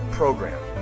program